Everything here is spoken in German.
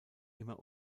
immer